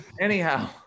Anyhow